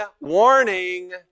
warning